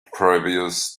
previous